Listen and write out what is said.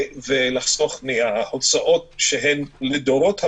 ולחסוך את ההוצאות שהם לדורות הבאים.